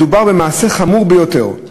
מדובר במעשה חמור ביותר";